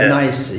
nice